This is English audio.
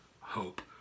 hope